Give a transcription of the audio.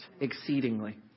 exceedingly